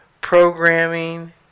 programming